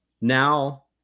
now